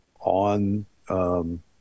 on